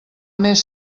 més